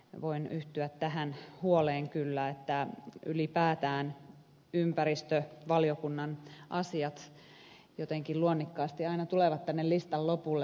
voin yhtyä tähän huoleen kyllä että ylipäätään ympäristövaliokunnan asiat jotenkin luonnikkaasti aina tulevat tänne listan lopulle